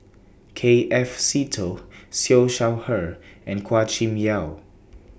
K F Seetoh Siew Shaw Her and Chua Kim Yeow